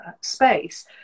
space